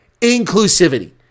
Inclusivity